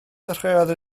ddechreuodd